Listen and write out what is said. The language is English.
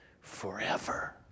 forever